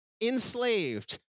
enslaved